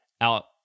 out